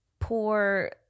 poor